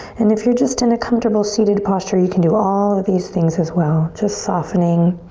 and if you're just in a comfortable seated posture, you can do all of these things as well. just softening,